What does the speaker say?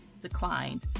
declined